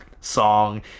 song